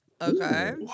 Okay